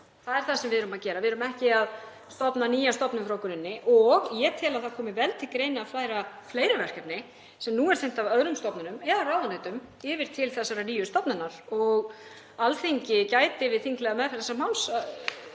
Það er það sem við erum að gera. Við erum ekki að stofna nýja stofnun frá grunni og ég tel að það komi vel til greina að færa fleiri verkefni sem nú er sinnt af öðrum stofnunum eða ráðuneytum yfir til þessarar nýju stofnunar. Alþingi gæti við þinglega meðferð þessa máls